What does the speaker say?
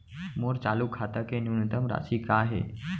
मोर चालू खाता के न्यूनतम राशि का हे?